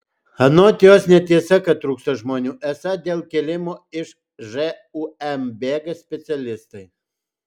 anot jos netiesa kad trūksta žmonių esą dėl kėlimo iš žūm bėga specialistai